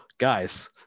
guys